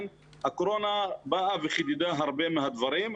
הקורונה באה וחידדה הרבה מהדברים.